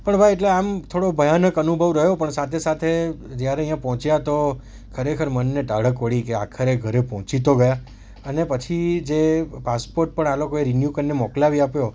પણ ભાઈ એટલે આમ થોડોક ભયાનક અનુભવ રહ્યો પણ સાથે સાથે જ્યારે અહીંયા પહોંચ્યાં તો ખરેખર મનને ટાઢક વળી કે આખરે ઘરે પહોંચી તો ગયા અને પછી જે પાસપોટ પણ આ લોકોએ રિન્યૂ કરીને મોકલાવી આપ્યો